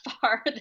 far